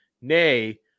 nay